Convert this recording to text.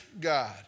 God